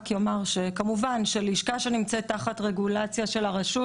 כמובן שלשכה נמצאת תחת רגולציה של הרשות,